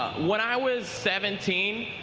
when i was seventeen,